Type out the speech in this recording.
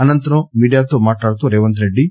అనంతరం మీడియాతో మాట్లాడుతూ రేవంత్ రెడ్డి